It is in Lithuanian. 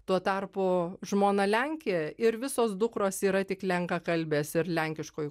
tuo tarpu žmona lenkė ir visos dukros yra tik lenkakalbės ir lenkiškoj